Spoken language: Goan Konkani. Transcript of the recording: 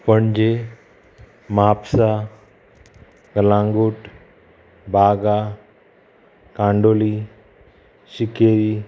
पणजे म्हापसा कलांगूट बागा कांडोली शिखेरी